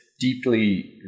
deeply